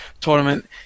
tournament